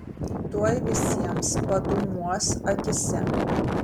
tuoj visiems padūmuos akyse